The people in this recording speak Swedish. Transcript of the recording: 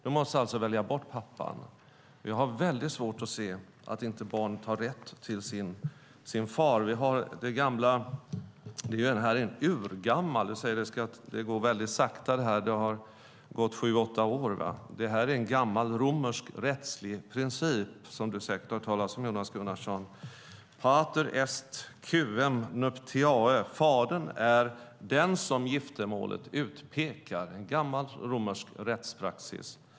De måste alltså välja bort pappan. Jag har svårt att se att ett barn inte har rätt till sin far. Jonas Gunnarsson säger att detta går sakta, att det har gått sju åtta år. Det här är en gammal romersk rättslig princip, som Jonas Gunnarsson säkert har hört talas om: Pater est quem nuptiae demonstrant, det vill säga att fadern är den som giftermålet utpekar. Det är en gammal romersk rättspraxis.